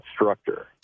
instructor